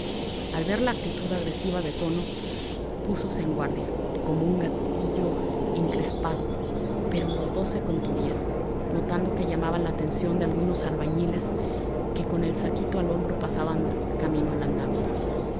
al ver la actitud agresiva de tono púsose en guardia como un gallito encrespado pero los dos se contuvieron notando que llamaban la atención de algunos albañiles que con el saquito al hombro pasaban camino del andamio